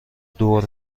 دور